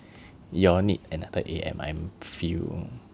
you all need another A_M I'm feel